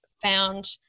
found